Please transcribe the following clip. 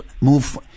move